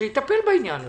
שיטפל בזה